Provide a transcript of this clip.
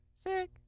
sick